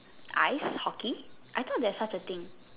ice hockey I thought there's such a thing